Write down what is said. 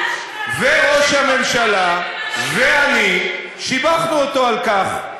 וראש הממשלה ואני שיבחנו אותו על כך.